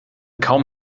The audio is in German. kaum